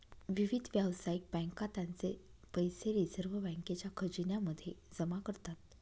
विविध व्यावसायिक बँका त्यांचे पैसे रिझर्व बँकेच्या खजिन्या मध्ये जमा करतात